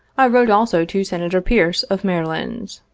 i wrote also to senator pearce, of maryland.